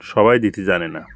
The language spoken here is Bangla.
সবাই দিতে জানে না